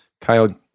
kyle